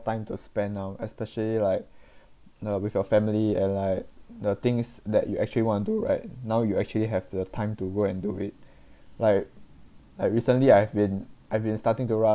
time to spend now especially like know with your family and like the things that you actually want to do right now you actually have the time to go and do it like like recently I've been I've been starting to run